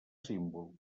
símbol